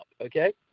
okay